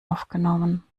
aufgenommen